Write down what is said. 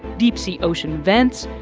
deep sea ocean vents,